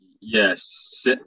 Yes